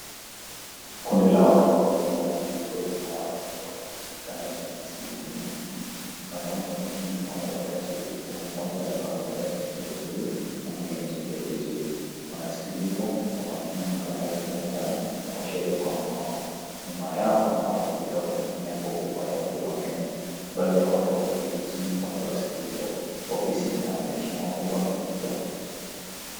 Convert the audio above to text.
Kundi la watu wakiwemo viongozi na wananchi wamekusanyika ndani ya ofisi ya Huduma Kenya, wanaume wengi wamevalia suti huku mmoja akiwa amevalia suti ya (cs)blue(cs), na mwingine suti ya kijivu, wanaskiza kwa makini mtu anaye zungumza na, kuashiria kwa mikono, nyuma yao kuna ukuta mkubwa wenye, nembo ya Huduma Kenya, baadhi ya watu wameketi chini wakiwasikiliza, ofisi ina madirisha makubwa ya kioo.